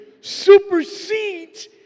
supersedes